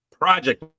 project